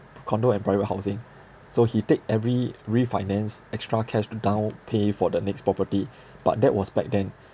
condo and private housing so he take every refinance extra cash to down pay for the next property but that was back then